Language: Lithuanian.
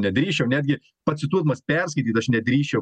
nedrįsčiau netgi pacituodamas perskaityt aš nedrįsčiau